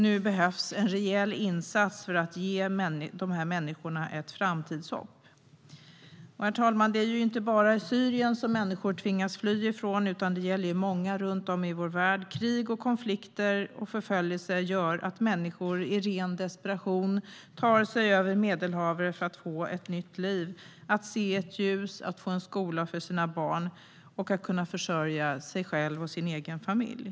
Nu behövs en rejäl insats för att ge dessa människor ett framtidshopp. Herr talman! Det är inte bara Syrien som människor tvingas fly ifrån, utan det gäller många länder runt om i vår värld. Krig, konflikter och förföljelse gör att människor i ren desperation tar sig över Medelhavet för att få ett nytt liv, se ett ljus, få skola till sina barn och kunna försörja sig själva och sina familjer.